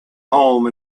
home